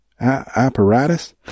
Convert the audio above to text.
apparatus